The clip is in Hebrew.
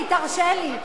תרשה לי.